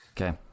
Okay